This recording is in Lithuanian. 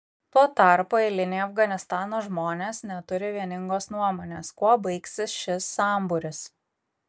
tuo tarpu eiliniai afganistano žmonės neturi vieningos nuomonės kuo baigsis šis sambūris